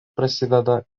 prasideda